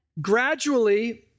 Gradually